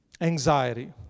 anxiety